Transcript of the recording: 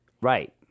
Right